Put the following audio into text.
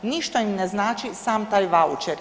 Ništa im ne znači sam taj vaučer.